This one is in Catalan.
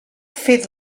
fet